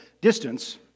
distance